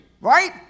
right